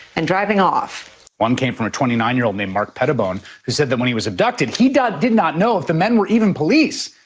and driving off. one came from a twenty nine year old named mark pettibone, who said that when he was abducted, he did not know if the men were even police.